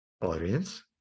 audience